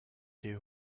could